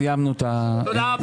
סיימנו את המצגת.